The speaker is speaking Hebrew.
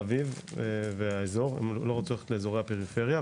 אביב והאזור ולא רוצים לגור בפריפריה,